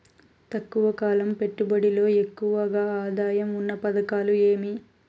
తక్కువ కాలం పెట్టుబడిలో ఎక్కువగా ఆదాయం ఉన్న పథకాలు ఏమి?